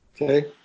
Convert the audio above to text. Okay